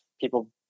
people